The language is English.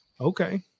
Okay